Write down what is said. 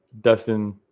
Dustin